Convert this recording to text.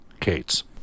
Cates